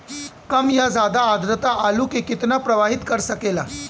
कम या ज्यादा आद्रता आलू के कितना प्रभावित कर सकेला?